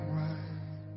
right